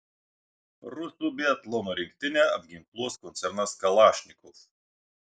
rusų biatlono rinktinę apginkluos koncernas kalašnikov